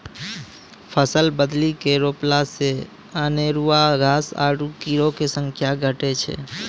फसल बदली के रोपला से अनेरूआ घास आरु कीड़ो के संख्या घटै छै